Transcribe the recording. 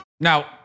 Now